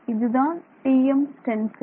இதுதான் TM stencil